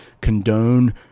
condone